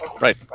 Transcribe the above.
right